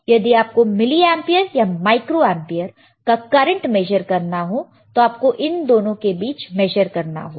यदि आपको milliampere या माइक्रो एंपियर का करंट मेजर करना है तो आप को इन दोनों के बीच में मेजर करना होगा